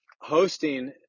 hosting